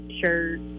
shirt